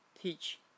teach